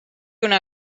una